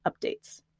updates